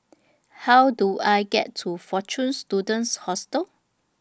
How Do I get to Fortune Students Hostel